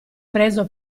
preso